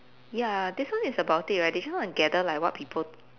ya this one is about it right they actually like want to gather like what people